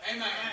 Amen